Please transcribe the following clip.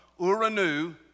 uranu